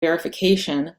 verification